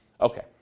Okay